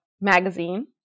magazine